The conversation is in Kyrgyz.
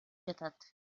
жатат